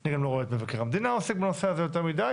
אני גם לא רואה את מבקר המדינה עוסק בנושא הזה יותר מדי.